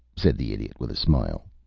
said the idiot, with a smile.